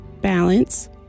balance